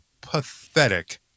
pathetic